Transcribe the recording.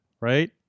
right